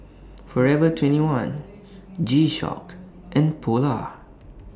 Forever twenty one G Shock and Polar